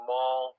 Mall